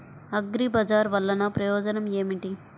అగ్రిబజార్ వల్లన ప్రయోజనం ఏమిటీ?